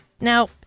Now